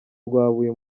rwabuye